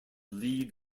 lead